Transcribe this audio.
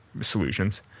solutions